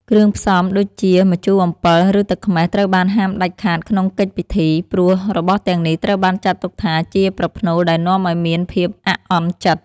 គ្រឿងផ្សំដូចជាម្ជូរអំពិល ឬទឹកខ្មេះត្រូវបានហាមដាច់ខាតក្នុងកិច្ចពិធី ព្រោះរបស់ទាំងនេះត្រូវបានចាត់ទុកថាជាប្រផ្នូលដែលនាំឱ្យមានភាពអាក់អន់ចិត្ត។